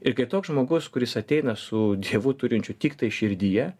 ir kai toks žmogus kuris ateina su dievu turinčiu tiktai širdyje